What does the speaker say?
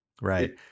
right